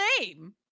name